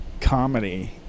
comedy